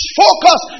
focus